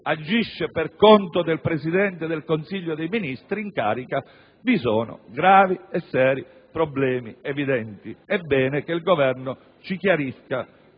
agisce per conto del Presidente del Consiglio dei ministri in carica, sono evidenti i gravi e seri problemi; è bene che il Governo ci chiarisca